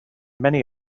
many